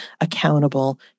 accountable